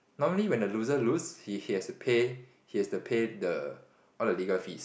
normally when the loser lose he he has to pay he has to pay the all the legal fees